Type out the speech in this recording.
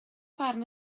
barn